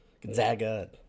Gonzaga